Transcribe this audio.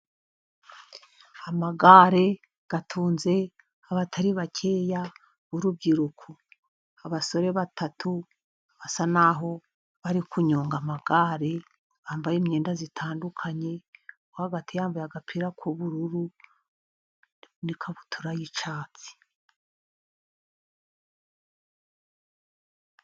Amagare atunze abatari bakeya b' urubyiruko; abasore batatu basa n'aho bari kunyonga amagare, bambaye imyenda itandukanye uwo hagati, yambaye agapira k' ubururu n' ikabutura y' icyatsi.